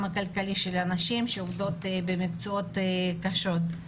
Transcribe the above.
הכלכלי של הנשים שעובדות במקצועות קשים.